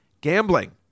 Gambling